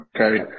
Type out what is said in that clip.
Okay